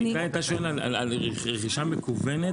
איתי, אתה שואל על רכישה מקוונת?